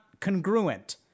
congruent